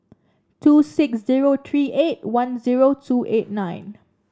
two six zero three eight one zero two eight nine